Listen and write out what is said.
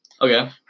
Okay